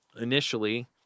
Initially